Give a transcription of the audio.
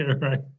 right